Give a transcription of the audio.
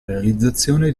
realizzazione